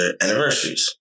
anniversaries